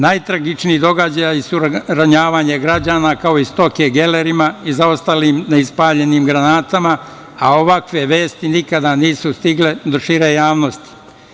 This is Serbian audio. Najtragičniji događaji su ranjavanje građana, kao i stoke, gelerima i zaostalim ne ispaljenim granatama, a ovakve vesti nikada nisu stigle do šire javnosti.